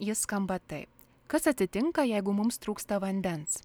jis skamba taip kas atsitinka jeigu mums trūksta vandens